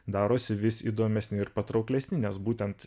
darosi vis įdomesni ir patrauklesni nes būtent